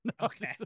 Okay